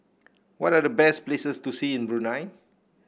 what are the best places to see in Brunei